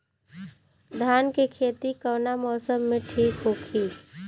धान के खेती कौना मौसम में ठीक होकी?